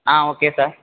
ah okay sir